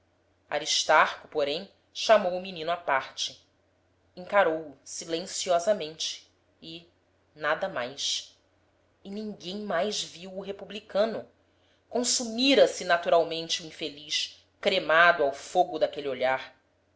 aristarco porém chamou o menino à parte encarou-o silenciosamente e nada mais e ninguém mais viu o republicano consumira se naturalmente o infeliz cremado ao fogo daquele olhar